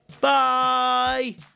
Bye